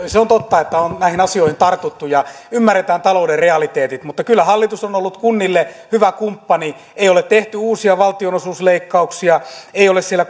se on totta että on näihin asioihin tartuttu ja ymmärretään talouden realiteetit mutta kyllä hallitus on on ollut kunnille hyvä kumppani ei ole tehty uusia valtionosuusleikkauksia ei ole siellä